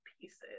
pieces